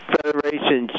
Federation